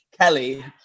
Kelly